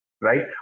right